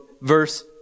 verse